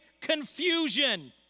confusion